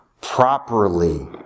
properly